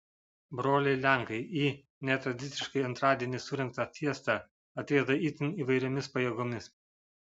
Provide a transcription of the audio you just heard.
broliai lenkai į netradiciškai antradienį surengtą fiestą atrieda itin įvairiomis pajėgomis